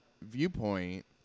viewpoint